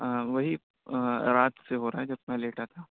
وہی رات سے ہو رہا ہے جب سے میں لیٹا تھا